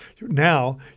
now